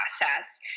process